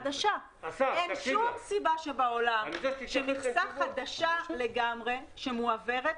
אין שום סיבה בעולם שמכסה חדשה לגמרי המועברת,